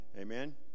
Amen